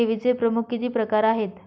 ठेवीचे प्रमुख किती प्रकार आहेत?